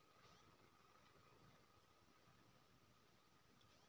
खेतके बिना पटेने काज नै छौ चलय बला